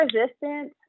resistance